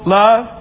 love